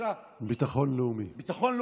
ביטחון לאומי.